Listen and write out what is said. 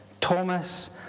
Thomas